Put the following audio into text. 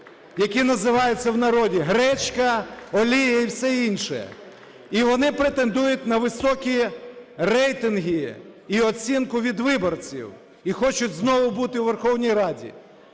які називаються в народі "гречка, олія і все інше". І вони претендують на високі рейтинги і оцінку від виборців, і хочуть знову бути у Верховній Раді.